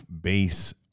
base